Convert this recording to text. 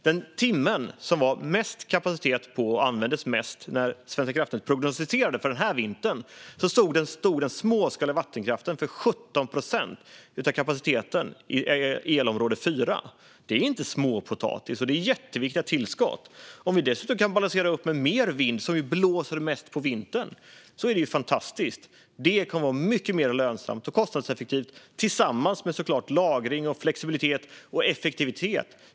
Den timme då kapaciteten var störst och det användes mest, när Svenska kraftnät prognostiserade för den här vintern, stod den småskaliga vattenkraften för 17 procent av kapaciteten i elområde 4. Det är inte småpotatis. Det är jätteviktiga tillskott. Om vi dessutom kan balansera upp med mer vind - det blåser ju mest på vintern - är det fantastiskt. Det kommer att vara mycket mer lönsamt och kostnadseffektivt, såklart tillsammans med lagring, flexibilitet och effektivitet.